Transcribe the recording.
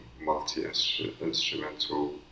multi-instrumental